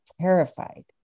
terrified